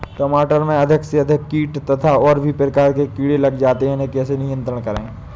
टमाटर में अधिक से अधिक कीट तथा और भी प्रकार के कीड़े लग जाते हैं इन्हें कैसे नियंत्रण करें?